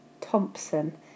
Thompson